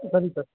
ಸರಿ ಸರ್